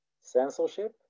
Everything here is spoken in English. censorship